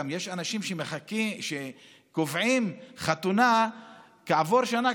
גם יש אנשים שקובעים חתונה כעבור שנה,